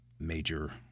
major